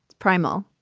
primal.